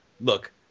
look